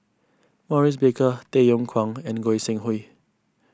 Maurice Baker Tay Yong Kwang and Goi Seng Hui